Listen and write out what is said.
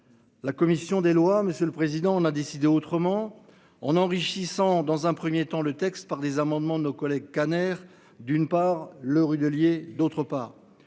la commission des lois, monsieur le président, en a décidé autrement on enrichissant dans un 1er temps le texte par des amendements nos collègues Kader d'une part le rude, d'autre part,